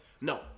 No